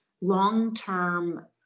long-term